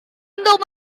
untuk